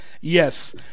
Yes